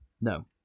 no